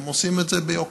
הם עושים את זה ביקנעם.